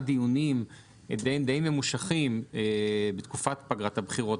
דיונים ממושכים למדי בתקופת פגרת הבחירות,